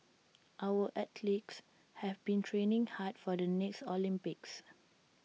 our athletes have been training hard for the next Olympics